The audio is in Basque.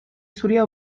zuria